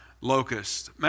locusts